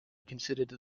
considered